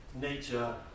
nature